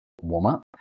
warm-up